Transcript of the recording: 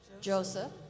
Joseph